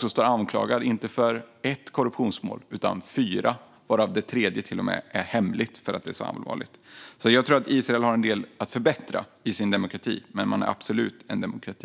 som står anklagad - inte i ett korruptionsmål utan fyra, varav det tredje till och med är hemligt därför att det är så allvarligt. Jag tror att Israel har en del att förbättra i sin demokrati, men det är absolut en demokrati.